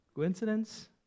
coincidence